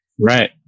Right